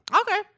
Okay